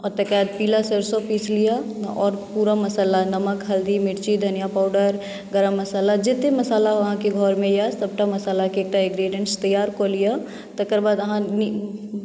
तकरा बाद पीला सरसों पीस लिअ आओर पुरा मसाला नमक हल्दी मिर्ची धनिया पाउडर गर्म मसाला जते मसाला अहाँके घरमे यऽ सभटा मसालाकेँ एकटा ग्रेडिएन्ट्स तैयार कऽ लिअ तकर बाद अहाँ